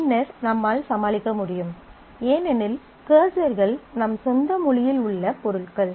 பின்னர் நம்மால் சமாளிக்க முடியும் ஏனெனில் கர்சர்கள் நம் சொந்த மொழியில் உள்ள பொருள்கள்